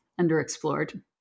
underexplored